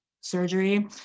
surgery